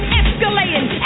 escalating